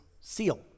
seal